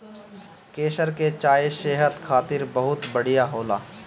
केसर के चाय सेहत खातिर बहुते बढ़िया होला